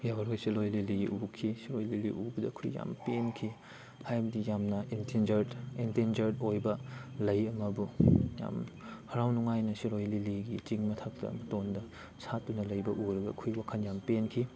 ꯌꯧꯈꯤ ꯌꯧꯔꯒ ꯁꯤꯔꯣꯏ ꯂꯤꯂꯤ ꯎꯈꯤ ꯁꯤꯔꯣꯏ ꯂꯤꯂꯤ ꯎꯕꯗ ꯑꯩꯈꯣꯏ ꯌꯥꯝ ꯄꯦꯟꯈꯤ ꯍꯥꯏꯕꯗꯤ ꯌꯥꯝꯅ ꯑꯦꯟꯗꯦꯟꯖꯔ ꯑꯦꯟꯗꯦꯟꯖꯔ ꯑꯣꯏꯕ ꯂꯩ ꯑꯃꯕꯨ ꯌꯥꯝ ꯍꯔꯥꯎ ꯅꯨꯡꯉꯥꯏꯅ ꯁꯤꯔꯣꯏ ꯂꯤꯂꯤꯒꯤ ꯆꯤꯡ ꯃꯊꯛꯇ ꯃꯇꯣꯟꯗ ꯁꯥꯠꯇꯨꯅ ꯂꯩꯕ ꯎꯔꯒ ꯑꯩꯈꯣꯏꯒꯤ ꯋꯥꯈꯜ ꯌꯥꯝ ꯄꯦꯟꯈꯤ